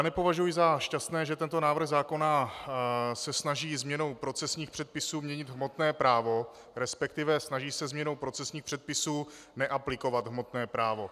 Nepovažuji za šťastné, že tento návrh zákona se snaží změnou procesních předpisů měnit hmotné právo, resp. snaží se změnou procesních předpisů neaplikovat hmotné právo.